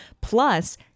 Plus